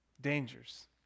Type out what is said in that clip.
Dangers